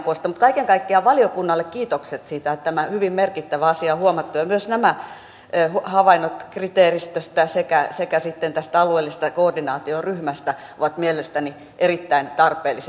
mutta kaiken kaikkiaan valiokunnalle kiitokset siitä että tämä hyvin merkittävä asia on huomattu ja myös nämä havainnot kriteeristöstä sekä sitten tästä alueellisesta koordinaatioryhmästä ovat mielestäni erittäin tarpeellisia